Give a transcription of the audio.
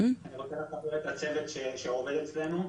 אני רוצה רק לחבר את הצוות שעובד אצלנו,